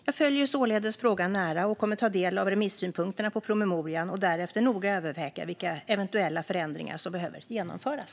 Jag följer således frågan nära och kommer att ta del av remissynpunkterna på promemorian och därefter noga överväga vilka eventuella förändringar som behöver genomföras.